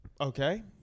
okay